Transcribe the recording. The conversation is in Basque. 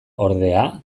ordea